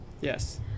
Yes